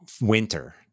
winter